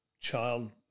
child